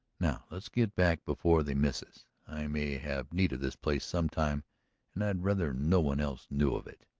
now let's get back before they miss us. i may have need of this place some time and i'd rather no one else knew of it.